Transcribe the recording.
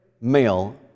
male